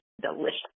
delicious